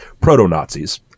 proto-Nazis